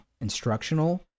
instructional